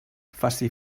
faci